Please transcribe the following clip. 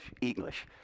English